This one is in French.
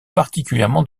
particulièrement